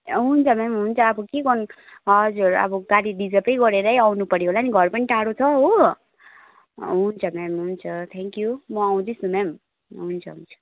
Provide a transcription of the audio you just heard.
हुन्छ म्याम हुन्छ अब के गर्नु हजुर अब गाडी रिजर्भै गरेरै आउनु पर्यो होला नि घर पनि टाढो छ हो हुन्छ म्याम हुन्छ थ्याङ्कयु म आउँदैछु म्याम हुन्छ हुन्छ